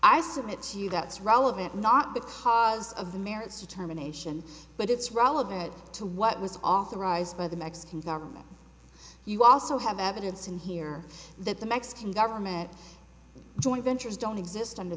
submit to you that's relevant not because of the merits of terminations but it's relevant to what was authorised by the mexican government you also have evidence in here that the mexican government joint ventures don't exist under